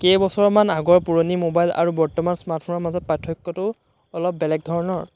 কেইবছৰমান আগৰ পুৰণি মোবাইল আৰু বৰ্তমান স্মাৰ্টফোনৰ মাজত পাৰ্থক্যটো অলপ বেলেগ ধৰণৰ